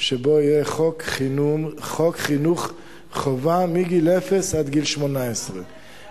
שבו יהיה חוק חינוך חובה מגיל אפס עד גיל 18. ובא לציון גואל.